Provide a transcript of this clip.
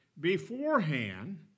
beforehand